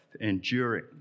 enduring